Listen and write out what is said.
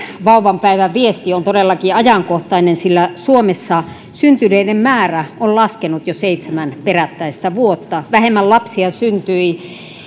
vauvan päivän viesti on todellakin ajankohtainen sillä suomessa syntyneiden määrä on laskenut jo seitsemän perättäistä vuotta vähemmän lapsia syntyi